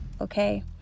Okay